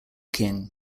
king